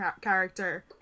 character